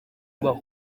ibaho